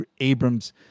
Abrams